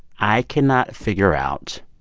i cannot figure out